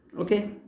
Okay